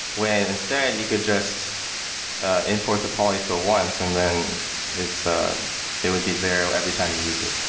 when instead, you could just import the polyfill once and then it's a it would be there every time you use it.